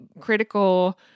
critical